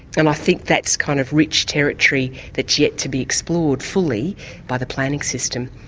and i think that's kind of rich territory that's yet to be explored fully by the planning system.